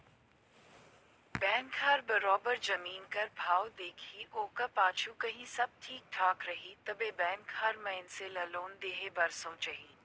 bank हर बरोबेर जमीन कर भाव देखही ओकर पाछू कहों सब ठीक ठाक रही तबे बेंक हर मइनसे ल लोन देहे बर सोंचही